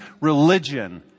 religion